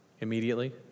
Immediately